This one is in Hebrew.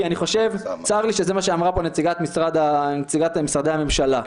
צר לי שזה מה שאמרה פה נציגת משרדי הממשלה.